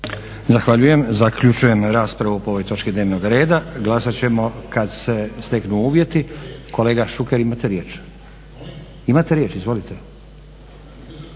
Zahvaljujem. Zaključujem raspravu po ovoj točci dnevnog reda. Glasati ćemo kada se steknu uvjeti. Kolega Šuker imate riječ. .../Upadica: Molim?/…